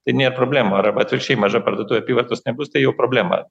tai nėra problemų arba atvirkščiai maža parduotuvė apyvartos nebus tai jau problema